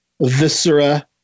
viscera